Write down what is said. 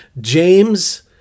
James